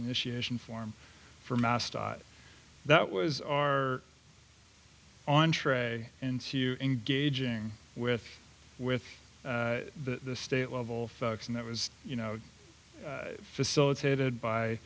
initiation form from that was our entree into engaging with with the state level folks and that was you know facilitated by